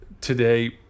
today